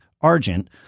Argent